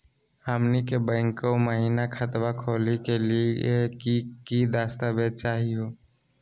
हमनी के बैंको महिना खतवा खोलही के लिए कि कि दस्तावेज चाहीयो?